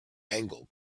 angle